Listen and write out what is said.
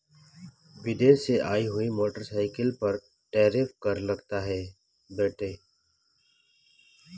विदेश से आई हुई मोटरसाइकिल पर टैरिफ कर लगता है बेटे